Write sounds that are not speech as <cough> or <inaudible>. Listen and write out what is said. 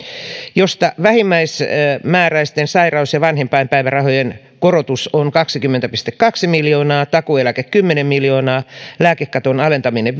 josta vähimmäismääräisten sairaus ja vanhempainpäivärahojen korotus on kaksikymmentä pilkku kaksi miljoonaa takuueläke kymmenen miljoonaa lääkekaton alentaminen <unintelligible>